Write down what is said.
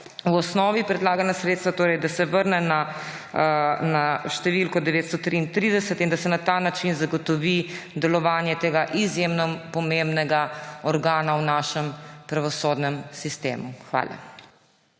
v osnovi predlagana sredstva, torej da se vrne na številko 933 in da se na ta način zagotovi delovanje tega izjemno pomembnega organa v našem pravosodnem sistemu. Hvala.